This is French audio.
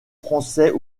français